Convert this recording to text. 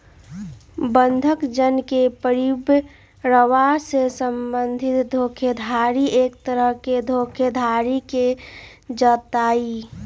बंधक जन के परिवरवा से बंधक धोखाधडी एक तरह के धोखाधडी के जाहई